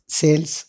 sales